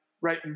Right